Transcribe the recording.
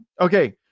okay